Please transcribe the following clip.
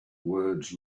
words